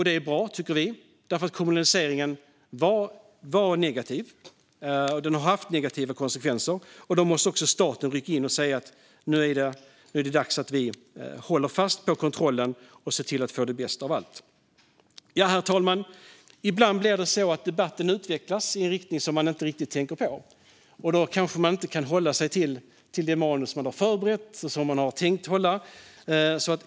Det är bra, tycker vi, för kommunaliseringen var negativ. Den har haft negativa konsekvenser. Då måste staten rycka in och säga: Nu är det dags att vi har kontroll och ser till att få det bästa av allt. Herr talman! Ibland utvecklas debatten i en riktning som man inte riktigt tänkt sig, och då kanske man inte kan hålla sig till det manus som man har förberett och som man har tänkt hålla sig till.